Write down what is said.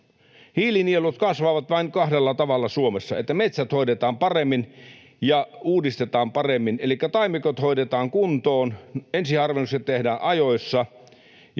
Hiilinielut kasvavat vain kahdella tavalla Suomessa, niin että metsät hoidetaan paremmin ja uudistetaan paremmin, elikkä taimikot hoidetaan kuntoon, ensiharvennukset tehdään ajoissa